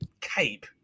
cape